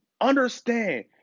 Understand